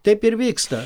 taip ir vyksta